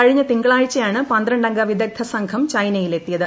കഴിഞ്ഞ തിങ്കള്ളൂഴ്ചയാണ് പന്ത്രണ്ടംഗ വിദഗ്ധ സംഘം ചൈനയിൽ എത്തിയത്